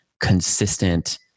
consistent